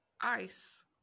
Ice